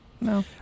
No